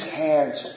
hands